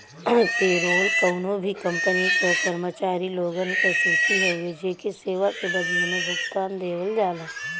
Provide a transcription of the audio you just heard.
payroll कउनो भी company क कर्मचारी लोगन क सूची हउवे जेके सेवा के बदले में भुगतान देवल जाला